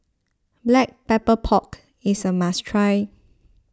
Black Pepper Pork is a must try